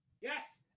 Yes